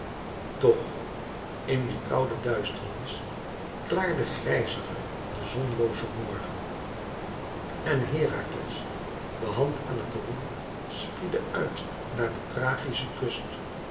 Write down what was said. toch in die koude duisternis klaarde grijziger de zonlooze morgen en herakles de hand aan het roer spiedde uit naar de tragische kust